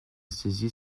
saisie